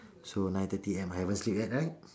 so nine thirty A_M I haven't sleep yet right